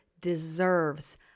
deserves